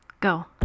Go